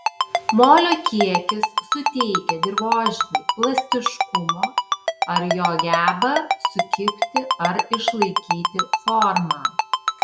molio kiekis suteikia dirvožemiui plastiškumo ar jo gebą sukibti ar išlaikyti formą